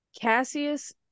Cassius